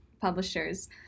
publishers